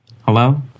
Hello